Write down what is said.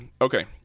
Okay